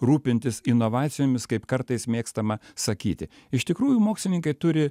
rūpintis inovacijomis kaip kartais mėgstama sakyti iš tikrųjų mokslininkai turi